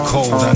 Cold